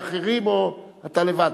ואחרים או אתה לבד?